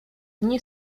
nie